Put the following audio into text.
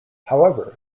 however